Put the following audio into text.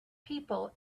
people